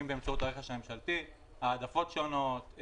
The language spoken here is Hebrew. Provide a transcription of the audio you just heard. באמצעות הרכש הממשלתי: העדפות שונות,